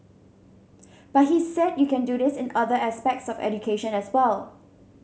but he said you can do this in other aspects of education as well